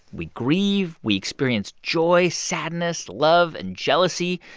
we grieve. we experience joy, sadness, love and jealousy.